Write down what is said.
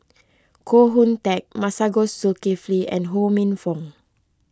Koh Hoon Teck Masagos Zulkifli and Ho Minfong